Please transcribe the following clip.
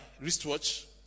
wristwatch